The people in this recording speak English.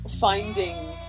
finding